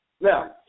Now